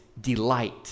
delight